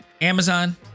Amazon